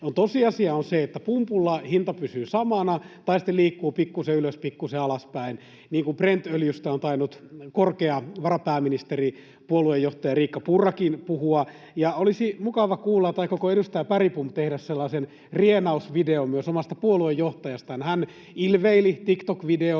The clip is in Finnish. Tosiasia on se, että pumpulla hinta pysyy samana tai sitten liikkuu pikkuisen ylös, pikkuisen alaspäin, niin kuin Brent-öljystä on tainnut korkea varapääministeri, puoluejohtaja Riikka Purrakin puhua. Olisi mukava kuulla, aikooko edustaja Bergbom tehdä sellaisen rienausvideon myös omasta puoluejohtajastaan. Hän ilveili TikTok-videolle